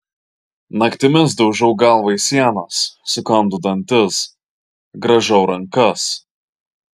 naktimis daužau galvą į sienas sukandu dantis grąžau rankas